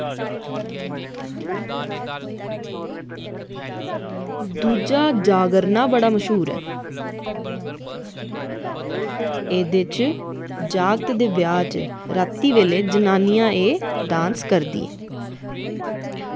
दूजा जागरना बड़ा मश्हूर ऐ एह्दे बिच जागतै दे ब्याह् बिच रातीं बेल्लै जनानियां एह् डांस करदियां